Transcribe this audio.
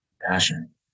Passion